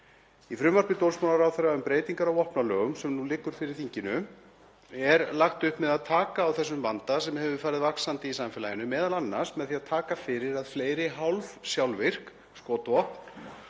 Í frumvarpi dómsmálaráðherra um breytingar á vopnalögum sem nú liggur fyrir þinginu er lagt upp með að taka á þessum vanda sem hefur farið vaxandi í samfélaginu, m.a. með því að taka fyrir að fleiri hálfsjálfvirk skotvopn